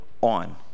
on